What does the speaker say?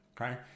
okay